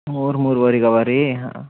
ಮೂರು ಮೂರುವರಿಗೆ ಅವೆ ರೀ ಹಾಂ